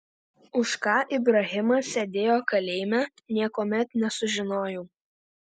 už ką ibrahimas sėdėjo kalėjime niekuomet nesužinojau